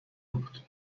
بود